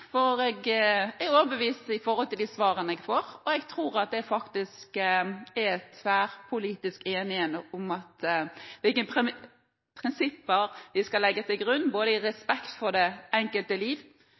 for jeg er overbevist med hensyn til de svarene jeg får. Og jeg tror at det faktisk er tverrpolitisk enighet om hvilke prinsipper vi skal legge til grunn – i